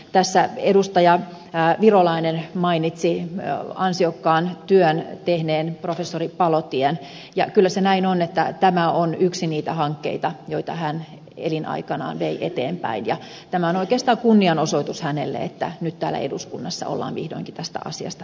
tässä edustaja virolainen mainitsi ansiokkaan työn tehneen professori palotien ja kyllä se näin on että tämä on yksi niistä hankkeista joita hän elinaikanaan vei eteenpäin ja tämä on oikeastaan kunnianosoitus hänelle että nyt täällä eduskunnassa ollaan vihdoinkin tästä asiasta päättämässä